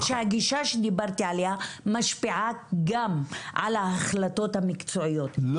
שהגישה שדיברתי עליה משפיעה גם על ההחלטות המקצועיות,